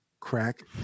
Crack